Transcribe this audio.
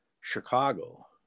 Chicago